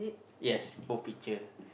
yes both picture